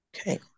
okay